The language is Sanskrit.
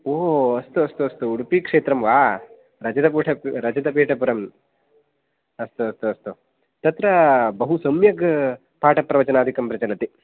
ओ अस्तु अस्तु अस्तु उडपि क्षेत्रं वा रजतकोठ रजतपीठपुरं अस्तु अस्तु अस्तु तत्र बहु सम्यक् पाठ प्रवचनादिकं प्रचलति